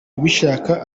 ubishaka